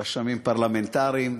רשמים פרלמנטריים,